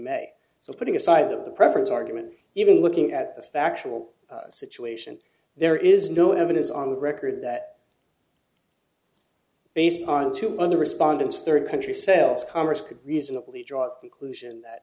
e so putting aside of the preference argument even looking at the factual situation there is no evidence on the record that based on two other respondents third country cells congress could reasonably draw a conclusion that